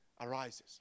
arises